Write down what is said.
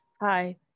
hi